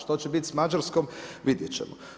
Što će biti s Mađarskom, vidjeti ćemo.